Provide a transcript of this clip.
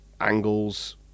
angles